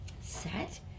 set